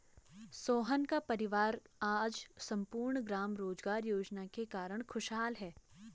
सोहन का परिवार आज सम्पूर्ण ग्राम रोजगार योजना के कारण खुशहाल है